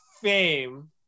fame